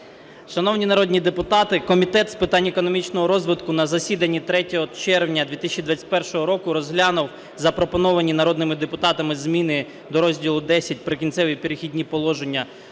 Шановні народні депутати, Комітет з питань економічного розвитку на засіданні 3 червня 2021 року розглянув запропоновані народними депутатами зміни до розділу Х "Прикінцеві та перехідні положення"